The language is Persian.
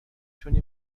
تونی